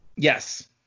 Yes